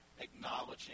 acknowledging